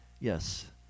Yes